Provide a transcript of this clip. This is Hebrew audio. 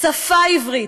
שפה עברית,